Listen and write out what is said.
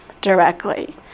directly